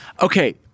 Okay